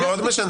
זה מאוד משנה.